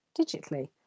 digitally